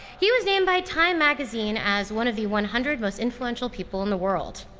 he was named by time magazine as one of the one hundred most influential people in the world,